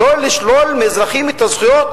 לא לשלול מאזרחים את הזכויות,